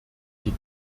die